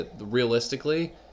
realistically